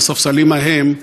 מהספסלים ההם,